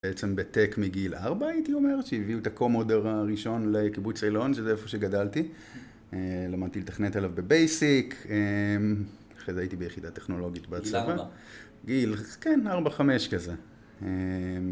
בעצם בטק מגיל ארבע הייתי אומר, שהביאו את הקומודר הראשון לקיבוץ אילון, שזה איפה שגדלתי. למדתי לתכנת עליו בבייסיק. אחרי זה הייתי ביחידה טכנולוגית בצבא. גיל ארבע? גיל, כן, ארבע-חמש כזה.